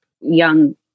young